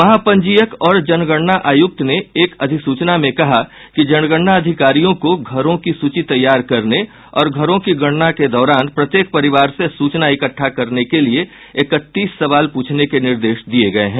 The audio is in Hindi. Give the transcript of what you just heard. महापंजीयक और जनगणना आयुक्त ने एक अधिसूचना में कहा कि जनगणना अधिकारियों को घरों की सूची तैयार करने और घरों की गणना के दौरान प्रत्येक परिवार से सूचना इकट्टा करने के लिए इकतीस सवाल प्रछने के निर्देश दिए गये हैं